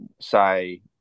say